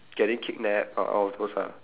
getting kidnapped or all of those ah